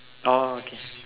oh okay